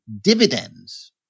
dividends